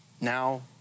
Now